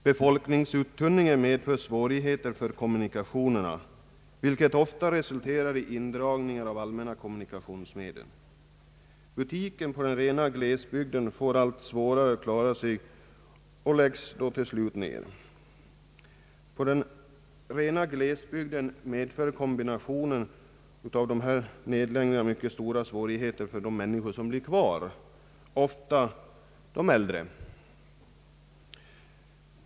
Befolkningsuttunningen medför svårigheter för kommunikationerna, vilket ofta resulterar i indragning av allmänna kommunikationsmedel. Butikerna på den rena glesbygden får allt svårare att klara sig och läggs till slut ner. I den rena glesbygden medför en kombination av dessa nedläggningar mycket stora svårigheter för de människor som blir kvar — oftast de äldre.